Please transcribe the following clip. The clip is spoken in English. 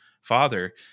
father